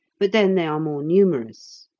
but then they are more numerous.